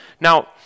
Now